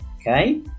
okay